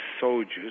soldiers